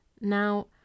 Now